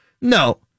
No